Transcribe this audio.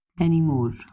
anymore